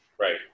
Right